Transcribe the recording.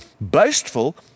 boastful